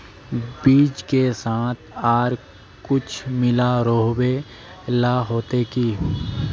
बीज के साथ आर कुछ मिला रोहबे ला होते की?